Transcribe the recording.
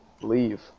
Leave